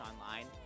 online